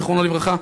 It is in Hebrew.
זיכרונו לברכה,